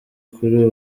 kuri